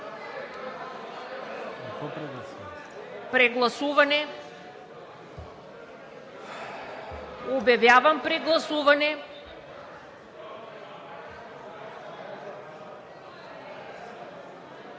прегласуване!“) Обявявам прегласуване.